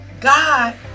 God